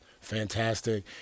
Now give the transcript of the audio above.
Fantastic